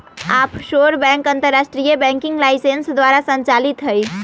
offshore bank अंतरराष्ट्रीय banking licence द्वारा संचालित हइ